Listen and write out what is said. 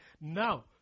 Now